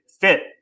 fit